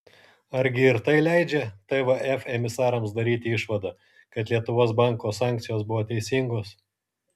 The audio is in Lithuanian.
argi ir tai leidžia tvf emisarams daryti išvadą kad lietuvos banko sankcijos buvo teisingos